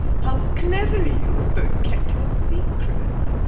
how cleverly you have both kept your secret.